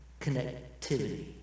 connectivity